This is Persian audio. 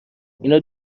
اینا